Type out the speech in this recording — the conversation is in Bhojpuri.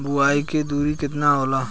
बुआई के दुरी केतना होला?